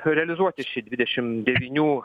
realizuoti šį dvidešim devynių